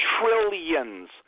trillions